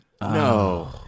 No